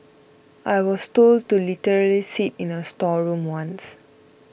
I was told to literally sit in a storeroom once